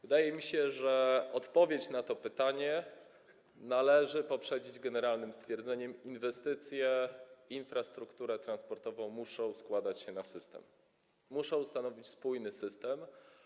Wydaje mi się, że odpowiedź na to pytanie należy poprzedzić generalnym stwierdzeniem, że inwestycje w infrastrukturę transportową muszą składać się na system, muszą stanowić spójny system.